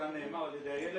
כאן נאמר על ידי אילת,